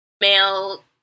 male